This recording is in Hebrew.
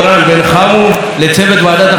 לצוות ועדת החינוך התרבות והספורט,